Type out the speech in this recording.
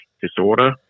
disorder